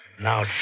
Now